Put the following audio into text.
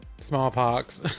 smallpox